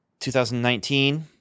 2019